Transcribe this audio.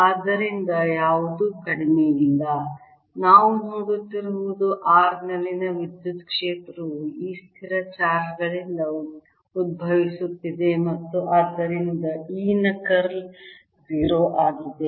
ಆದ್ದರಿಂದ ಯಾವುದೂ ಕಡಿಮೆಯಿಲ್ಲ ನಾವು ನೋಡುತ್ತಿರುವುದು r ನಲ್ಲಿನ ವಿದ್ಯುತ್ ಕ್ಷೇತ್ರವು ಈ ಸ್ಥಿರ ಚಾರ್ಜ್ ಗಳಿಂದ ಉದ್ಭವಿಸುತ್ತಿದೆ ಮತ್ತು ಆದ್ದರಿಂದ E ನ ಕರ್ಲ್ 0 ಆಗಿದೆ